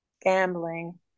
Gambling